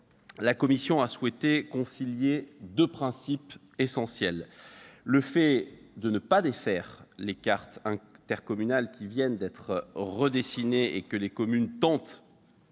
lois a souhaité concilier deux principes essentiels. Le premier consiste à ne pas défaire les cartes intercommunales qui viennent d'être redessinées et que les communes tentent,